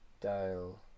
dial